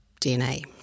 DNA